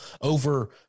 over